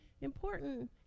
important